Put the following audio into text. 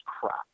crap